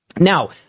Now